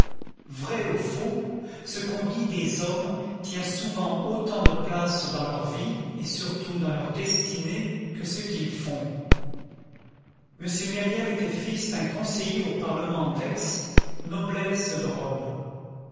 vrai ou faux ce qu'on dit des hommes tient souvent autant de place dans leur vie et surtout dans leur destinée que ce qu'ils font m myriel était fils d'un conseiller au parlement d'aix noblesse de robe